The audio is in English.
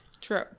True